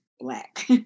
Black